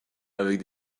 avec